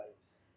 lives